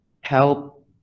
help